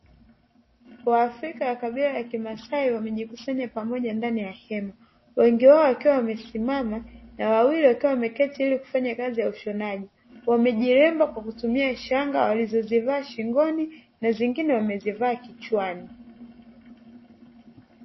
Waafrika wa kabila la kimasai wamejikusanya pamoja ndani ya hema wengi wao wakiwa wamesimama na wawili wakiwa wameketi ili kufanya kazi ya ushonaji, wamejiremba kwa kutumia shanga walizozivaa shingoni na zingine wamezivaa kichwani.